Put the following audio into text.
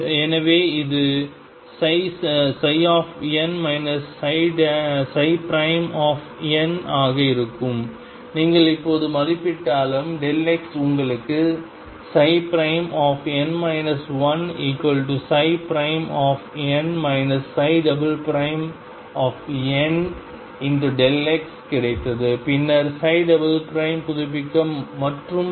எனவே இது N N ஆக இருக்கும் நீங்கள் எப்போது மதிப்பிட்டாலும் உங்களுக்கு N 1N Nx கிடைத்தது பின்னர் புதுப்பிக்க மற்றும் பல